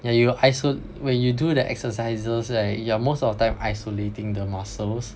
yeah you iso~ when you do the exercises right you are most of the time isolating the muscles